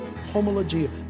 homologia